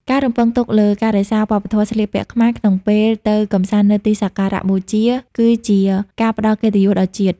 ការរំពឹងទុកលើ "ការរក្សាវប្បធម៌ស្លៀកពាក់ខ្មែរ" ក្នុងពេលទៅកម្សាន្តនៅទីសក្ការៈបូជា គឺជាការផ្ដល់កិត្តិយសដល់ជាតិ។